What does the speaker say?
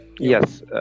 Yes